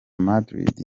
madrid